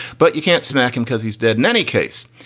but you can't smack him because he's dead. in any case,